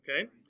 Okay